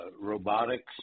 robotics